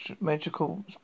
magical